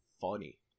funny